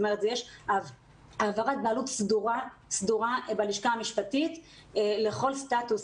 יש העברת בעלות סדורה בלשכה המשפטית לכל סטטוס,